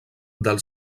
del